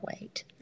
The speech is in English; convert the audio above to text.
wait